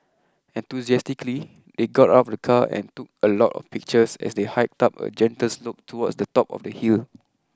enthusiastically they got out of the car and took a lot of pictures as they hiked up a gentle slope towards the top of the hill